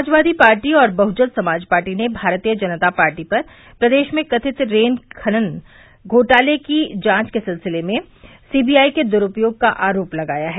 Samajwadi Party और Bahujan Samaj Party ने Bharatiya Janata Party पर प्रदेश में कथित रेत खनन घोटाले की जांच के सिलसिले में सीबीआई के द्रूपयोग का आरोप लगाया है